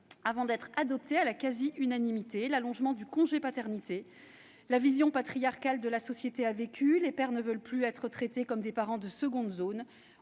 avant d'être adoptée à la quasi-unanimité : l'allongement du congé paternité. La vision patriarcale de la société a vécu. Les pères ne veulent plus être traités comme des parents de seconde zone.